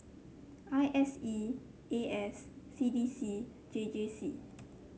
I S E A S C D C J J C